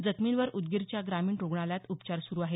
जखमींवर उदगीरच्या ग्रामीण रूग्णालयात उपचार सुरू आहेत